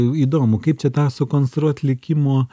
įdomu kaip čia tą sukonstruot likimo